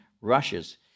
rushes